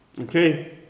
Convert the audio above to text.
Okay